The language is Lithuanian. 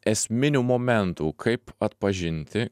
esminių momentų kaip atpažinti